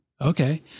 Okay